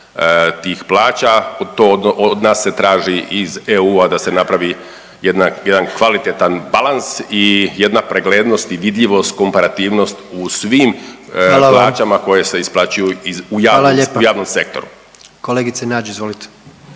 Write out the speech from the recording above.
tih plaća. Od nas se traži iz EU-a da se napravi jedan kvalitetan balans i jedna preglednost i vidljivost, komparativnost u svim plaćama koje se isplaćuju u javnom sektoru. **Jandroković,